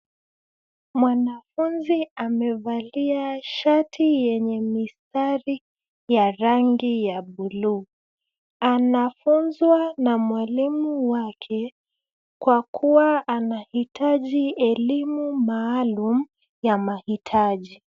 Mwanafunzi amevali shati yenye ya rangi ya buluu, anafunzwa na mwalimu wake kwa kuwa anahitaji elimu maalum ya mahitaji.